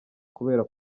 kubera